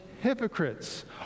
hypocrites